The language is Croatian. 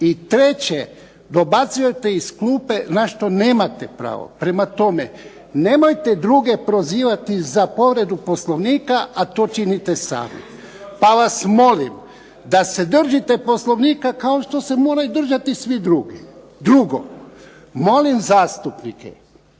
I treće, dobacujete iz klupe na što nemate pravo. Prema tome, nemojte druge prozivati za povredu Poslovnika, a to činite sami, pa vas molim da se držite Poslovnika kao što se moraju držati i svi drugi. Drugo, molim zastupnike